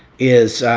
is.